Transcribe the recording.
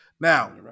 Now-